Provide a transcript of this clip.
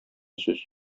сүз